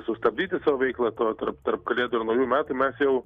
sustabdyti savo veiklą tarp tarp tarp kalėdų ir naujų metų mes jau